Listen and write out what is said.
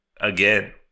again